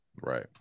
right